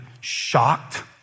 shocked